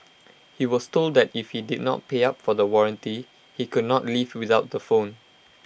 he was told that if he did not pay up for the warranty he could not leave without the phone